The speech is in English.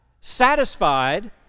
satisfied